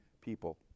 people